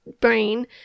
brain